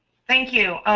thank you.